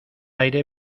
aire